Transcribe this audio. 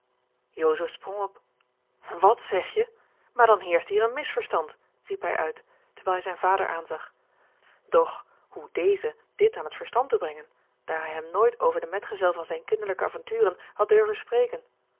sprong op wat zeg je maar dan heerscht hier een misverstand riep hij uit terwijl hij zijn vader aanzag doch hoe dezen dit aan het verstand te brengen daar hij hem nooit over den medgezel van zijne kinderlijke avonturen had durven spreken